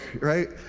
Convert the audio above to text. right